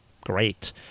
great